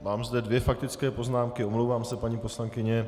Mám zde dvě faktické poznámky, omlouvám se, paní poslankyně .